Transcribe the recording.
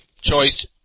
choice